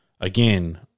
again